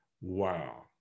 Wow